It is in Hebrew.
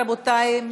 רבותיי,